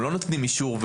אנחנו לא נותנים אישור,